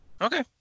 Okay